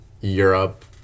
Europe